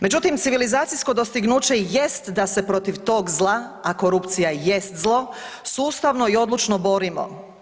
Međutim civilizacijsko dostignuće jest da se protiv tog zla, a korupcija jest zlo sustavno i odlučno borimo.